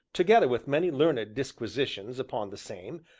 together with many learned disquisitions upon the same,